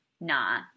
Nah